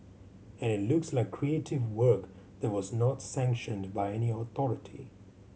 and it looks like creative work that was not sanctioned by any authority